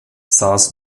saß